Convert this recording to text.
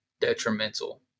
detrimental